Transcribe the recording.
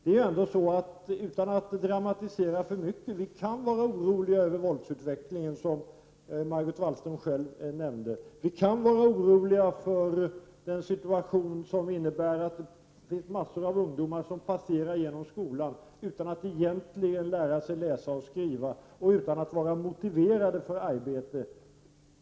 Utan att dramatisera det för mycket, vill jag säga att vi kan vara oroliga för våldsutvecklingen, som Margot Wallström själv nämnde. Vi kan vara oroliga för den situation som innebär att det finns massor av ungdomar som passerar genom skolan utan att egentligen lära sig läsa och skriva och utan att vara motiverade för arbete.